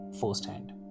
firsthand